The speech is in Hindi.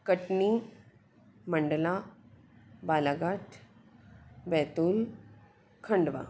कटनी मंडला बालाघाट बैतूल खंडवा